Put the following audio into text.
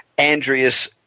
Andreas